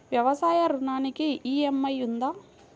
వ్యవసాయ ఋణానికి ఈ.ఎం.ఐ ఉందా?